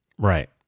Right